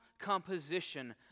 composition